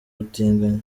butinganyi